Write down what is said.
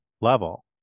level